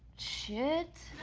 shit?